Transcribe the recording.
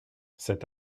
cet